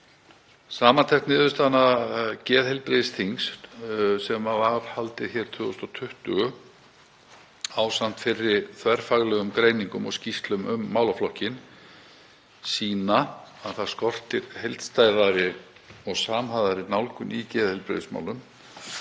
Samantekt niðurstaðna geðheilbrigðisþings, sem var haldið hér 2020, ásamt fyrri þverfaglegum greiningum og skýrslum um málaflokkinn, sýnir að það skortir heildstæðari og samhæfðari nálgun í geðheilbrigðismálum,